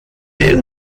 den